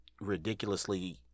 ridiculously